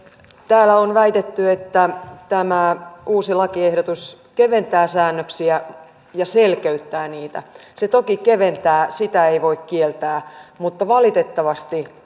täällä on väitetty että tämä uusi lakiehdotus keventää säännöksiä ja selkeyttää niitä se toki keventää sitä ei voi kieltää mutta valitettavasti